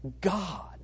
God